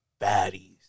Baddies